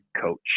coach